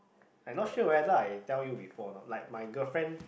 I not sure whether I tell you before or not like my girlfriend